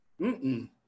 Mm-mm